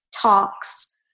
talks